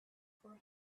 four